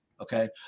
okay